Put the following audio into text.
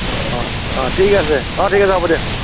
অঁ অঁ অঁ ঠিক আছে অঁ ঠিক আছে হ'ব দিয়া